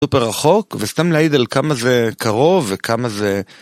סופר רחוק וסתם להעיד על כמה זה קרוב וכמה זה.